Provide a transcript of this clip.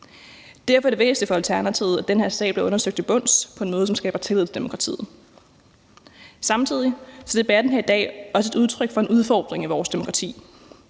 Derfor er det væsentligt for Alternativet, at den her sag bliver undersøgt til bunds på en måde, som skaber tillid til demokratiet. Samtidig er debatten her i dag også et udtryk for en udfordring i vores demokrati.